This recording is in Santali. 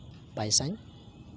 ᱯᱚᱭᱥᱟᱧ